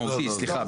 משמעותי, סליחה.